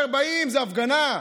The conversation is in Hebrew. זה באים, זה הפגנה.